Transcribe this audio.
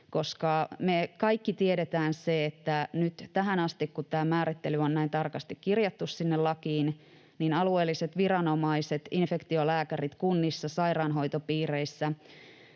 koska me kaikki tiedetään se, että nyt tähän asti, kun tämä määrittely on näin tarkasti kirjattu sinne lakiin, alueelliset viranomaiset, infektiolääkärit kunnissa, sairaanhoitopiireissä